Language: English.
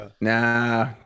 Nah